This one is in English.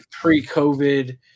pre-covid